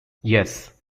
yes